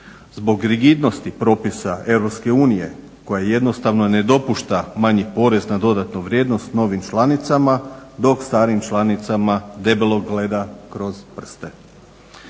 Zbog rigidnosti propisa EU koja jednostavno ne dopušta manji porez na dodanu vrijednost novim članicama dok starim članicama debelo gleda kroz prste.